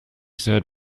said